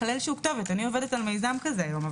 אני עובדת על מיזם כזה היום,